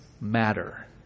matter